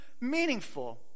meaningful